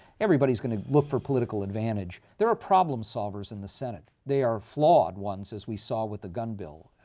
everybody's going to look for political advantage. there are problem-solvers in the senate. they are flawed ones, as we saw with the gun bill.